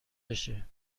بشه